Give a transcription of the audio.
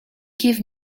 give